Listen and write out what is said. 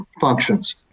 functions